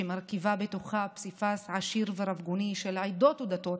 שמרכיבה בתוכה פסיפס עשיר ורב-גוני של עדות ודתות,